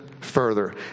further